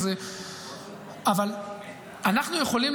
אבל אנחנו יכולים,